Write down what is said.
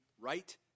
right